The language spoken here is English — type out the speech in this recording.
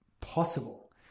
possible